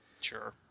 Sure